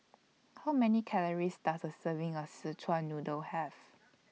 How Many Calories Does A Serving of Szechuan Noodle Have